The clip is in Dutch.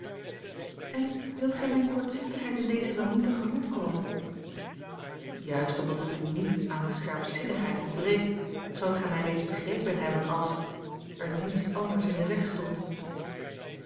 en wilt gij mijne kortzichtigheid in deze dan niet te gemoet komen juist omdat het u niet aan scherpzinnigheid ontbreekt zoudt gij mij reeds begrepen hebben als er niets anders in den weg stond